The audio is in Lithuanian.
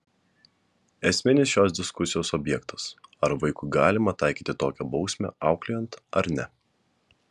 esminis šios diskusijos objektas ar vaikui galima taikyti tokią bausmę auklėjant ar ne